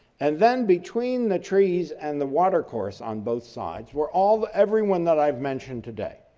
and then between the trees and the watercourse on both sides where all, everyone that i've mentioned today,